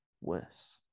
worse